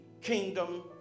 kingdom